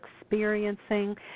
experiencing